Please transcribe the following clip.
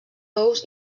ous